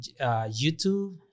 YouTube